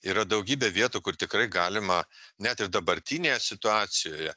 yra daugybė vietų kur tikrai galima net ir dabartinėje situacijoje